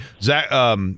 Zach